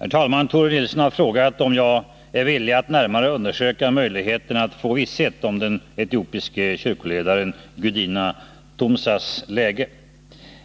Herr talman! Tore Nilsson har frågat om jag är villig att närmare undersöka möjligheten att få visshet om den etiopiske kyrkoledaren Gudina Tumsas läge.